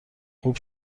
خوب